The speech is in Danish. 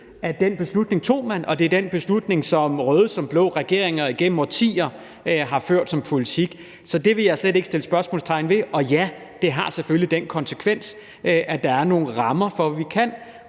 Den beslutning tog man, og det er den beslutning, som røde såvel som blå regeringer igennem årtier har ført som politik. Så det vil jeg slet ikke sætte spørgsmålstegn ved. Og ja, det har selvfølgelig den konsekvens, at der er nogle rammer for, hvad vi kan.